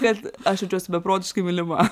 kad aš jaučiuosi beprotiškai mylima